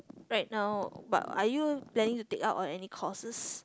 right now but are you planning to take up on any courses